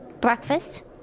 Breakfast